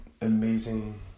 amazing